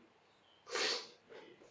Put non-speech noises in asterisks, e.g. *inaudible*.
*noise*